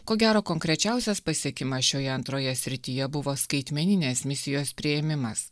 ko gero konkrečiausias pasiekimas šioje antroje srityje buvo skaitmeninės misijos priėmimas